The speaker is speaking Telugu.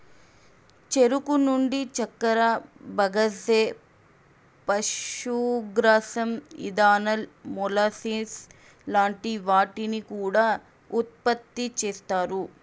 చెరుకు నుండి చక్కర, బగస్సే, పశుగ్రాసం, ఇథనాల్, మొలాసిస్ లాంటి వాటిని కూడా ఉత్పతి చేస్తారు